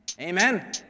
Amen